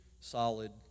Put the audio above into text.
solid